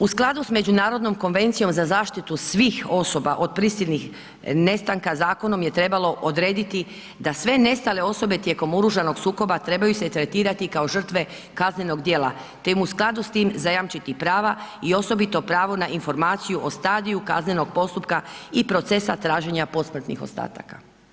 U skladu s Međunarodnom konvencijom za zaštitu svih osoba od prisilnih nestanka zakonom je trebalo odrediti da sve nestale osobe tijekom oružanog sukoba trebaju se tretirati kao žrtve kaznenog dijela te im u skladu s tim zajamčiti prava i osobito pravo na informaciju o stadiju kaznenog postupka i procesa traženja posmrtnih ostataka.